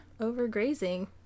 overgrazing